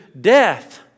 death